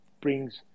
brings